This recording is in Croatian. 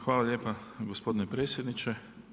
Hvala lijepa gospodine predsjedniče.